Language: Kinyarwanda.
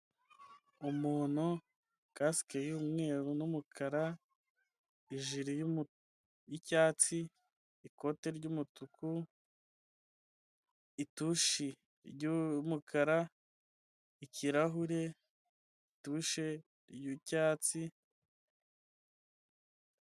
Umuntu kasike y'umweru n'umukara, ijiri y'icyatsi, ikote ry'umutuku itushi ry'umukara, ikirahure, itushe y'icyatsi.